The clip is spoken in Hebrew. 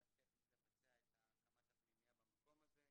טכנית לבצע את הקמת הפנימייה במקום הזה.